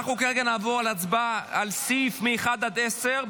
אנחנו נעבור להצבעה על סעיפים מ-1 עד 10,